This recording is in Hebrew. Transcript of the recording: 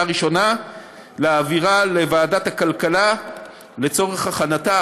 ראשונה ולהעבירה לוועדת הכלכלה לצורך הכנתה,